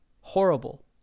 horrible